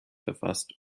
verfasst